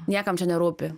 niekam čia nerūpi